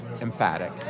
emphatic